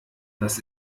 das